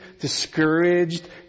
discouraged